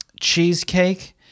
cheesecake